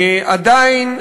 עדיין,